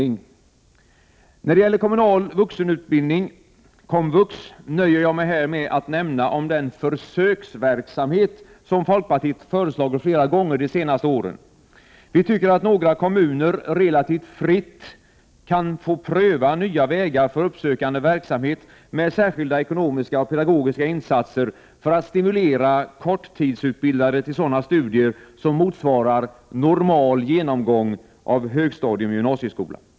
När det gäller kommunal utbildning för vuxna, komvux, nöjer jag mig här med att nämna något om den försöksverksamhet som vi i folkpartiet har föreslagit flera gånger under de senaste åren. Vi tycker att några kommuner relativt fritt kan få pröva nya vägar för uppsökande verksamhet med särskilda ekonomiska och pedagogiska insatser för att stimulera korttidsutbildade till studier som motsvarar ”normal genomgång” av högstadium/ gymnasieskola.